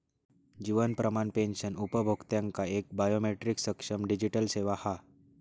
जीवन प्रमाण पेंशन उपभोक्त्यांका एक बायोमेट्रीक सक्षम डिजीटल सेवा हा